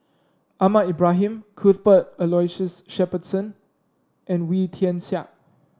Ahmad Ibrahim Cuthbert Aloysius Shepherdson and Wee Tian Siak